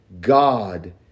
God